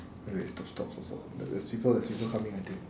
wait wait stop stop stop there's people there's people coming I think